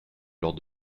lors